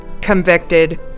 convicted